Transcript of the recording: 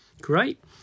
Great